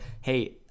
hey